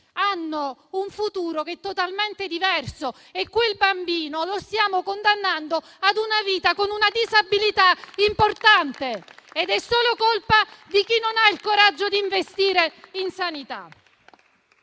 hanno un futuro totalmente diverso e quel bambino lo stiamo condannando ad una vita con una disabilità importante ed è solo colpa di chi non ha il coraggio di investire in sanità.